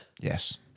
Yes